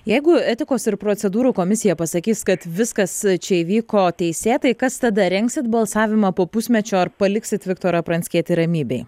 jeigu etikos ir procedūrų komisija pasakys kad viskas čia įvyko teisėtai kas tada rengsit balsavimą po pusmečio ar paliksit viktorą pranckietį ramybėj